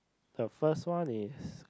the first one is